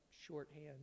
shorthand